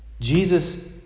Jesus